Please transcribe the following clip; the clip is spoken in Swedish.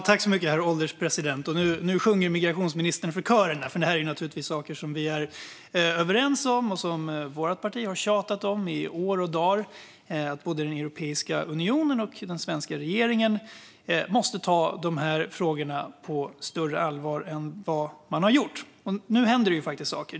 Herr ålderspresident! Nu sjunger migrationsministern för kören - detta är naturligtvis saker som vi är överens om och som Sverigedemokraterna har tjatat om i år och dagar. Både Europeiska unionen och den svenska regeringen måste ta dessa frågor på större allvar än vad man har gjort, och nu händer det faktiskt saker.